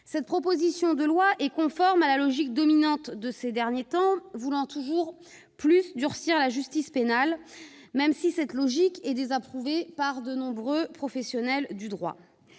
Cette proposition de loi est conforme à la logique dominante de ces derniers temps, durcir toujours davantage la justice pénale. Cette logique est pourtant désapprouvée par de nombreux professionnels du droit.